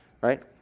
Right